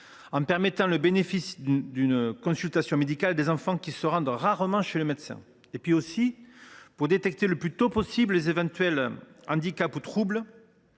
en permettant le bénéfice d’une consultation médicale à des enfants qui se rendent rarement chez le médecin. Ensuite, pour détecter le plus tôt possible les éventuels handicaps ou troubles,